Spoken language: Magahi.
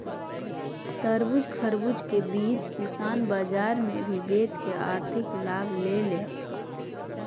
तरबूज, खरबूज के बीज किसान बाजार मे भी बेच के आर्थिक लाभ ले हथीन